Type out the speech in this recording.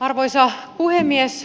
arvoisa puhemies